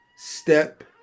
step